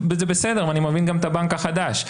זה בסדר, ואני מבין גם את הבנק החדש.